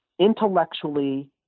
intellectually